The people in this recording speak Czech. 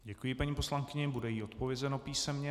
Děkují paní poslankyni, bude jí odpovězeno písemně.